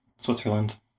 Switzerland